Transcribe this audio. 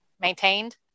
maintained